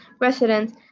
residents